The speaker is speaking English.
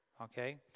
okay